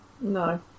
no